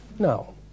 No